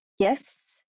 gifts